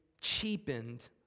cheapened